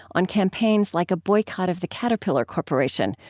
on campaigns like a boycott of the caterpillar corporation,